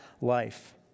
life